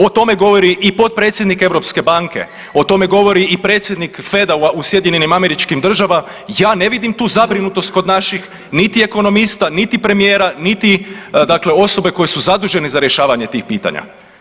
O tome govori i potpredsjednik europske banke, o tome govori i predsjednik FDU-a u SAD-u, ja ne vidim tu zabrinutost kod naših niti ekonomista, niti premijera, niti dakle osobe koje su dakle zadužene za rješavanje tih pitanja.